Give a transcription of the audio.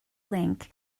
link